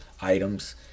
items